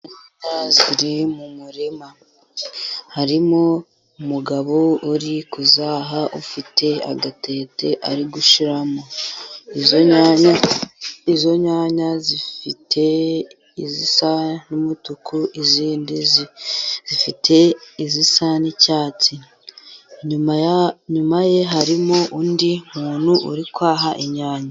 Inyanya ziri mu murima, harimo umugabo uri kuzaha ufite agatete ari gushyiramo. Izo nyanya zifite izisa n'umutuku izindi zifite izisa n'icyatsi. inyuma ye harimo undi muntu uri kwaha inyanya.